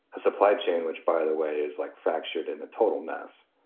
a supply chain, which, by the way, is like factored in the total mess.